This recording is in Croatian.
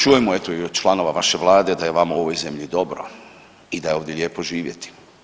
Čujemo, eto i od članova vaše Vlade da je vama u ovoj zemlji dobro i da je ovdje lijepo živjeti.